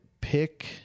pick